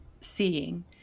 seeing